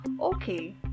Okay